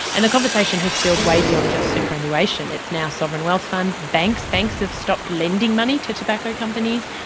and the conversation has spilled way beyond just superannuation, it's now sovereign wealth funds, banks. banks have stopped lending money to tobacco companies,